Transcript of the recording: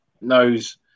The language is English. knows